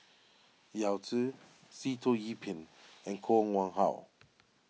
Yao Zi Sitoh Yih Pin and Koh Nguang How